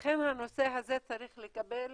לכן הנושא הזה צריך לקבל